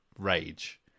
rage